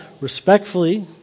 respectfully